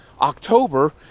October